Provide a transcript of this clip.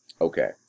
okay